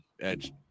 Edge